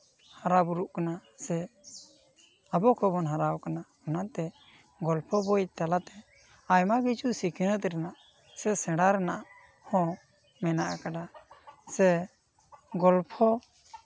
ᱦᱟᱨᱟᱵᱩᱨᱩᱜ ᱠᱟᱱᱟ ᱥᱮ ᱟᱵᱚ ᱠᱚᱵᱚᱱ ᱦᱟᱨᱟ ᱠᱟᱱᱟ ᱚᱱᱟᱛᱮ ᱜᱚᱞᱯᱷᱚ ᱵᱳᱭ ᱛᱟᱞᱟᱛᱮ ᱟᱭᱢᱟ ᱠᱤᱪᱷᱩ ᱥᱤᱠᱷᱱᱟᱹᱛ ᱨᱮᱱᱟᱜ ᱥᱮᱬᱟ ᱨᱮᱱᱟᱜ ᱦᱚᱸ ᱢᱮᱱᱟᱜ ᱟᱠᱟᱫᱟ ᱥᱮ ᱜᱚᱞᱯᱷᱚ